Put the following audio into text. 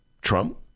Trump